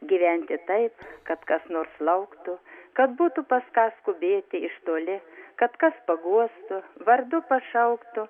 gyventi taip kad kas nors lauktų kad būtų pas ką skubėti iš toli kad kas paguostų vardu pašauktų